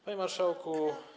Panie Marszałku!